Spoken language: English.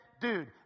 Dude